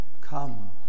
come